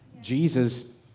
Jesus